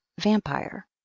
vampire